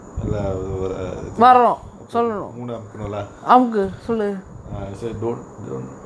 இல்ல அது வராது அபோ மூன அமுகனுல:illa athu varaathu apo moona amukanula err சரி:sari don't don't